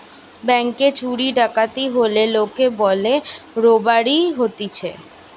ব্যাংকে চুরি ডাকাতি হলে লোকে বলে রোবারি হতিছে